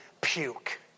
puke